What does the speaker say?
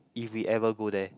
if we ever go there